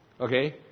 okay